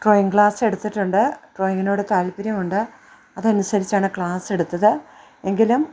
drawing class എടുത്തിട്ടുണ്ട് ഡ്രോയിങ്ങിനോട് താല്പര്യമുണ്ട് അതനുസരിച്ചാണ് ക്ലാസ് എടുത്തത് എങ്കിലും